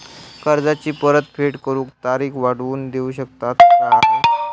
कर्जाची परत फेड करूक तारीख वाढवून देऊ शकतत काय?